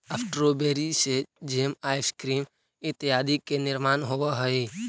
strawberry से jam, ice cream इत्यादि के निर्माण होवऽ हइ